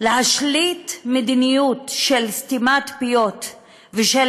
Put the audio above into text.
להשליט מדיניות של סתימת פיות ושל